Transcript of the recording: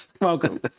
welcome